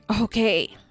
okay